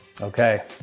Okay